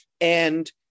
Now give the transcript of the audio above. And-